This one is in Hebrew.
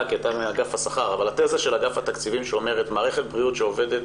אומרת שמערכת בריאות שעובדת